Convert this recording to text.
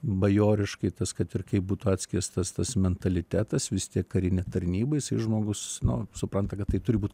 bajoriškai tas kad ir kaip būtų atskiestas tas mentalitetas vis tiek karinė tarnyba jisai žmogus nu supranta kad tai turi būt